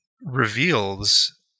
reveals